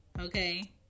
Okay